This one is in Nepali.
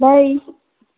बाई